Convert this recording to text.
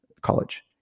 college